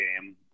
game